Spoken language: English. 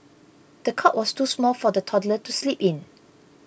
the cot was too small for the toddler to sleep in